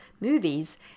movies